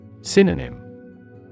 Synonym